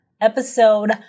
episode